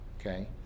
okay